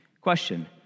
Question